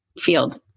field